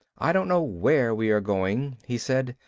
i don't know where we are going, he said.